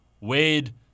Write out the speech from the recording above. Wade